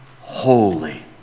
holy